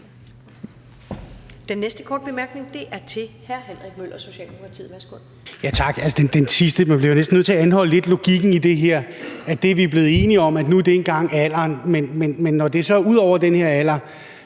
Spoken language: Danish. Den næste korte bemærkning er til hr. Henrik Møller, Socialdemokratiet.